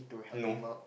no